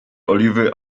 oliwy